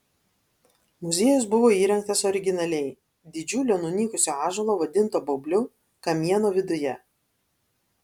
muziejus buvo įrengtas originaliai didžiulio nunykusio ąžuolo vadinto baubliu kamieno viduje